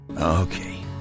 Okay